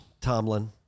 Tomlin